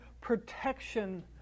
protection